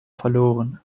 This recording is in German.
verloren